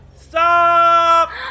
Stop